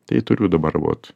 tai turiu dabar vot